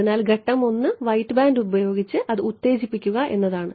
അതിനാൽ ഘട്ടം 1 white band ഉപയോഗിച്ച് അത് ഉത്തേജിപ്പിക്കുക എന്നതാണ്